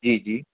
जी जी